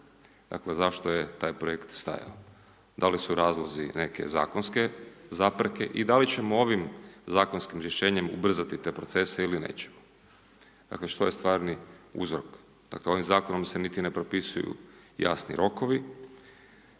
Dakle, zašto je taj projekt stajao? Da li su razlozi neke zakonske zapreke i da li ćemo ovim zakonskim rješenjem ubrzati te procese ili nećemo? Dakle, što je stvarni uzrok? Dakle ovim Zakonom se niti ni ne propisuju jasni rokovi,